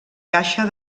caixa